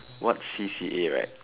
what C_C_A right